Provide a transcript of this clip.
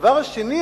הדבר השני,